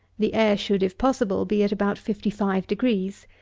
the air should, if possible, be at about fifty five degrees.